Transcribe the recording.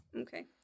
Okay